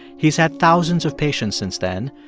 he's had thousands of patients since then,